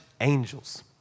angels